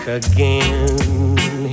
again